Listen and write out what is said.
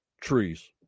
trees